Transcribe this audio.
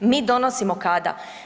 Mi donosimo kada?